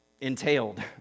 entailed